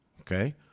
Okay